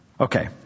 Okay